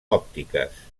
òptiques